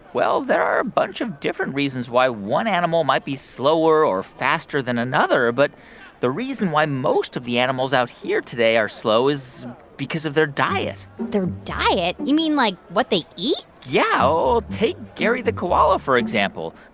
well, there are a bunch of different reasons why one animal might be slower or faster than another. but the reason why most of the animals out here today are slow is because of their diet their diet? you mean, like, what they eat? yeah. take gary the koala for example.